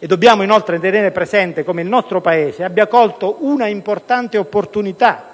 Dobbiamo inoltre tenere presente come il nostro Paese abbia colto un'importante opportunità